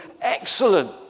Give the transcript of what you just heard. excellent